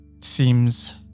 seems